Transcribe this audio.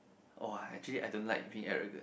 oh actually I don't like being arrogant